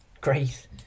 great